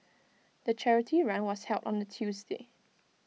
the charity run was held on A Tuesday